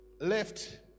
left